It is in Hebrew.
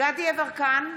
דסטה גדי יברקן,